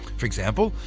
for example,